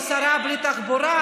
או שרה בלי תחבורה,